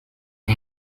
ngo